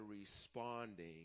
responding